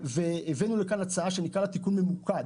והבאנו לכאן הצעה שנקרא לה תיקון ממוקד.